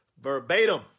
verbatim